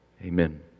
Amen